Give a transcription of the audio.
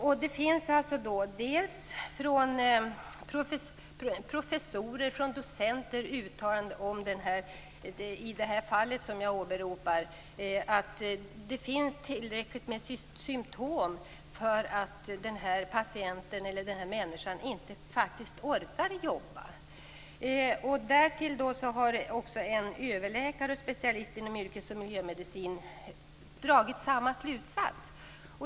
I det fall som jag åberopar finns uttalanden från professorer och docenter om att det finns tillräckligt med symtom för att patienten inte skall orka jobba. Därtill har en överläkare och specialist inom yrkesoch miljömedicin dragit samma slutsats.